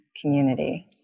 community